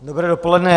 Dobré dopoledne.